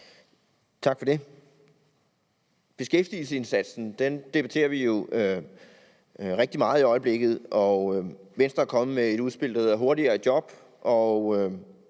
Tak for det. Beskæftigelsesindsatsen debatterer vi jo rigtig meget i øjeblikket, og Venstre er kommet med et udspil, der hedder »Hurtigere i